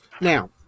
Now